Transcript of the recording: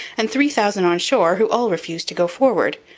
and three thousand on shore, who all refused to go forward.